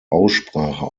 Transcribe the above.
aussprache